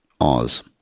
Oz